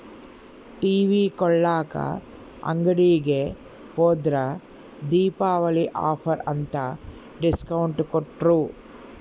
TV ಕೊಳ್ಳಾಕ ಅಂಗಡಿಗೆ ಹೋದ್ರ ದೀಪಾವಳಿ ಆಫರ್ ಅಂತ ಡಿಸ್ಕೌಂಟ್ ಕೊಟ್ರು